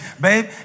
Babe